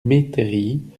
métairie